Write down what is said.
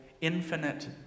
infinite